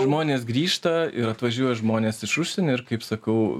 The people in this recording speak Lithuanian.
žmonės grįžta ir atvažiuoja žmonės iš užsienio ir kaip sakau